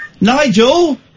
Nigel